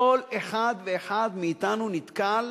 כל אחד ואחד מאתנו נתקל